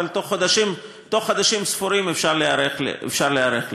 אבל בתוך חודשים ספורים אפשר להיערך לכך.